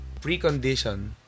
precondition